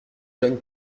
jeune